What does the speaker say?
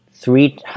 Three